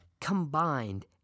Combined